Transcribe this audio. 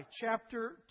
chapter